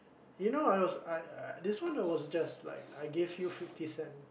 you know I was I I this one I was just like I give you fifty cent